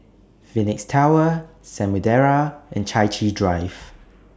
Phoenix Tower Samudera and Chai Chee Drive